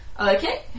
Okay